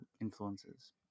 influences